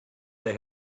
they